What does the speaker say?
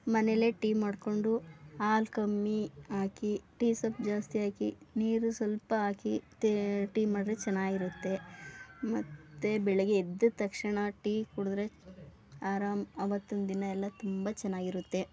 ಮನೇಲೇ ಟೀ ಮಾಡಿಕೊಂಡು ಹಾಲು ಕಮ್ಮಿ ಹಾಕಿ ಟೀ ಸೊಪ್ ಜಾಸ್ತಿ ಹಾಕಿ ನೀರು ಸ್ವಲ್ಪ ಹಾಕಿ ಟೀ ಮಾಡಿದ್ರೆ ಚೆನ್ನಾಗಿರುತ್ತೆ ಮತ್ತು ಬೆಳಗ್ಗೆ ಎದ್ದ ತಕ್ಷಣ ಟೀ ಕುಡಿದ್ರೆ ಆರಾಮು ಅವತ್ತಿನ ದಿನ ಎಲ್ಲ ತುಂಬ ಚೆನ್ನಾಗಿರುತ್ತೆ